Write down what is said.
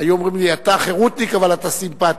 היו אומרים לי: אתה חרותניק אבל אתה סימפתי.